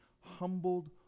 humbled